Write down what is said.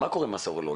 מה קורה עם הסרולוגי?